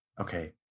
Okay